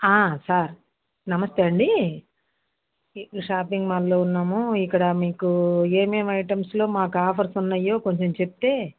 sir నమస్తే అండి ఈ షాపింగ్ మాల్లో ఉన్నాము ఇక్కడ మీకు ఏం ఏం ఐటమ్స్లో మాకు ఆఫర్స్ ఉన్నయో కొంచెం చెప్తే